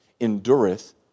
endureth